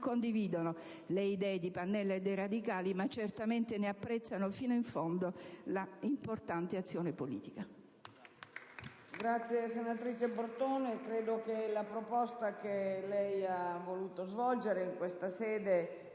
condividono le idee di Pannella e dei radicali ma certamente ne apprezzano fin in fondo la importante azione politica.